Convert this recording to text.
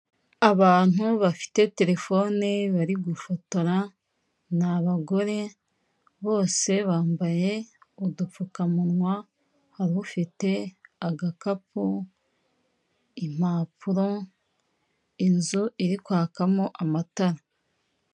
Abantu bafite telefone bari gufotora ni abagore bose bambaye udupfukamunwa hari ufite agakapu, impapuro, inzu iri kwakamo amatara.